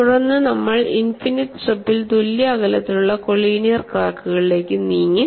തുടർന്ന് നമ്മൾ ഇനിഫിനിറ്റ് സ്ട്രിപ്പിൽ തുല്യ അകലത്തിലുള്ള കോലീനിയർ ക്രാക്കുകളിലേക്ക് നീങ്ങി